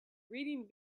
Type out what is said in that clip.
reading